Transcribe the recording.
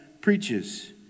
preaches